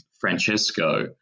Francesco